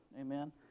Amen